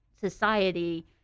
society